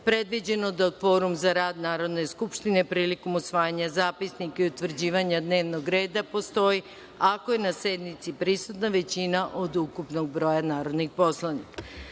predviđeno da kvorum za rad Narodne skupštine prilikom usvajanja zapisnika i utvrđivanja dnevnog reda postoji ako je na sednici prisutna većina od ukupnog broja narodnih poslanika. Radi